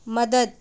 مدد